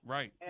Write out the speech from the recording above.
Right